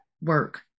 work